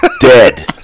dead